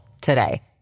today